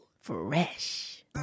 Fresh